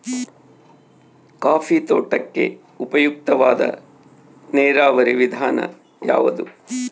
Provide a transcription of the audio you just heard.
Coffee ತೋಟಕ್ಕೆ ಉಪಯುಕ್ತವಾದ ನೇರಾವರಿ ವಿಧಾನ ಯಾವುದು?